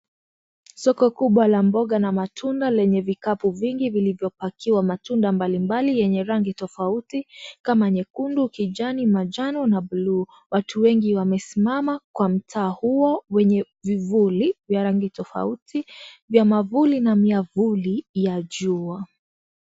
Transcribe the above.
Soko kubwa la mboga na matunda lenye vikapu vingi vilivyopakiwa matunda mbalimbali yenye rangi tofauti. Kama nyekundu, kijani, manjano na bluu. Watu wengi wamesimama kwa mtaa huo. Wenye vivuli vya rangi tofauti. Vya mavuli na miavuli ya jua.